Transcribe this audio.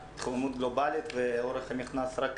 יש התחממות גלובלית ואורך המכנס רק